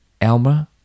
Elmer